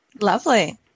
Lovely